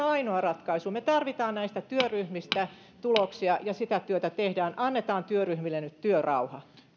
ainoa ratkaisu me tarvitsemme näistä työryhmistä tuloksia ja sitä työtä tehdään annetaan työryhmille nyt työrauha